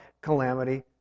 calamity